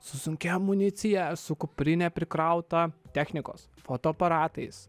su sunkia amunicija su kuprine prikrauta technikos fotoaparatais